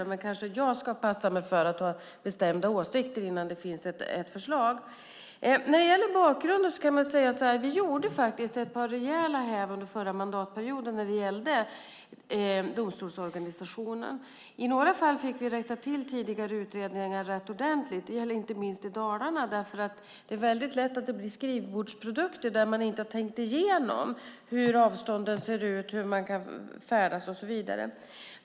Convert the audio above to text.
Men jag kanske bör passa mig för att ha bestämda åsikter innan det finns ett förslag. När det gäller bakgrunden: Under förra mandatperioden gjorde vi faktiskt ett par rejäla häv när det gällde domstolsorganisationen. I några fall fick vi rätta till tidigare utredningar rätt ordentligt. Det gäller inte minst i Dalarna. Det är väldigt lätt att det blir skrivbordsprodukter, där man inte har tänkt igenom hur avstånden ser ut, hur man kan färdas och så vidare.